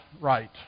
right